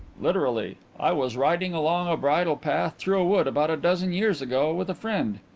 literally. i was riding along a bridle-path through a wood about a dozen years ago with a friend.